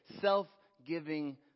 self-giving